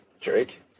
Drake